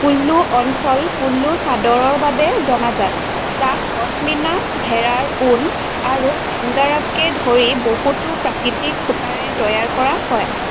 কুল্লু অঞ্চল কুল্লু চাদৰৰ বাবে জনাজাত যাক পশমিনা ভেড়াৰ ঊণ আৰু এংগোৰাকে ধৰি বহুতো প্ৰাকৃতিক সূতাৰে তৈয়াৰ কৰা হয়